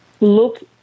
look